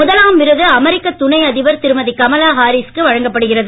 முதலாம் விருது அமெரிக்க துணை அதிபர் திருமதி கமலா ஹாரிசுக்கு வழங்கப்படுகிறது